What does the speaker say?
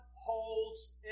holds